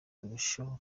turusheho